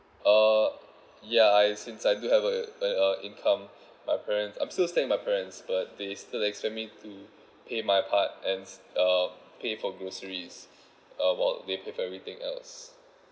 uh yeah I since I do have a uh uh income my parents I'm still staying with my parents but they still expect me to pay my part and uh pay for groceries uh while they pay for everything else